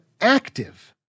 active